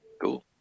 Cool